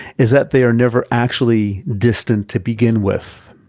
is that they are never actually distant to begin with.